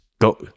go